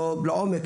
לא לעומק,